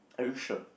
are you sure